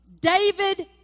David